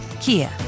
Kia